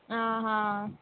आ हा